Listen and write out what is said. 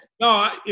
No